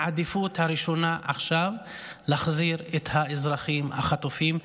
העדיפות הראשונה עכשיו היא להחזיר את האזרחים החטופים,